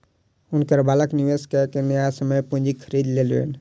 हुनकर बालक निवेश कय के न्यायसम्य पूंजी खरीद लेलैन